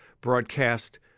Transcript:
broadcast